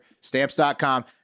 stamps.com